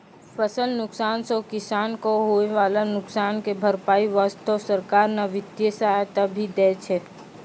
फसल नुकसान सॅ किसान कॅ होय वाला नुकसान के भरपाई वास्तॅ सरकार न वित्तीय सहायता भी दै छै